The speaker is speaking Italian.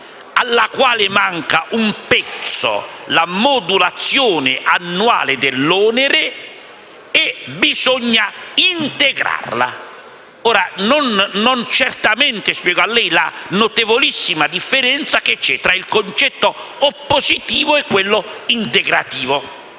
alla quale manca un pezzo, la modulazione annuale dell'onere, e bisogna integrarla. Non devo certamente spiegare a lei la notevolissima differenza esistente tra il concetto oppositivo e quello integrativo.